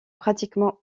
pratiquement